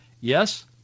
Yes